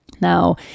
Now